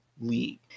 league